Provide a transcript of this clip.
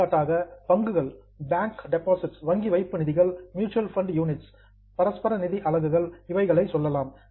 எடுத்துக்காட்டாக ஷேர்ஸ் பங்குகள் bank deposits வங்கி வைப்பு நிதிகள் மியூச்சுவல் ஃபண்ட் யூனிட்ஸ் பரஸ்பர நிதி அலகுகள் இவைகளை சொல்லலாம்